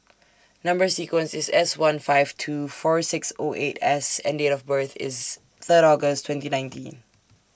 Number sequence IS S one five two four six O eight S and Date of birth IS Third August twenty nineteen